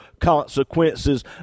consequences